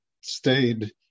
stayed